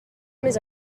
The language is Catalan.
més